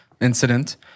incident